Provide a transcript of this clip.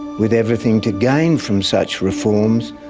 with everything to gain from such reforms,